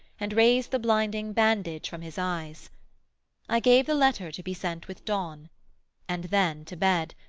and raised the blinding bandage from his eyes i gave the letter to be sent with dawn and then to bed,